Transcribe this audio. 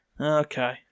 Okay